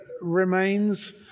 remains